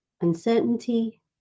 uncertainty